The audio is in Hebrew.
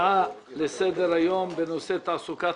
על סדר היום הצעה לסדר היום בנושא תעסוקת